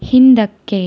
ಹಿಂದಕ್ಕೆ